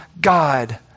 God